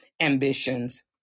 ambitions